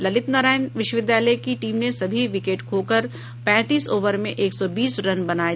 ललित नारायण विश्वविद्यालय की टीम ने सभी विकेट खोकर पैंतीस ओवर में एक सौ बीस रन बनाये